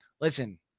listen